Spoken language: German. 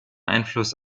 einfluss